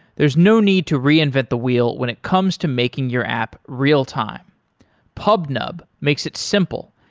there is no need to reinvent the wheel when it comes to making your app real-time pubnub makes it simple,